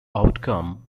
outcome